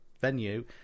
venue